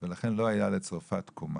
ולכן לא היה לצרפת תקומה.